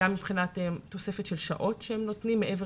גם מבחינת תוספת שעות שהן נותנות מעבר